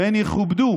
והן יכובדו